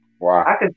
Wow